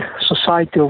Society